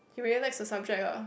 he really likes the subject lah